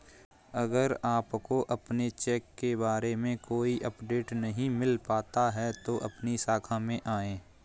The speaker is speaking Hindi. अगर आपको अपने चेक के बारे में कोई अपडेट नहीं मिल पाता है तो अपनी शाखा में आएं